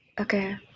Okay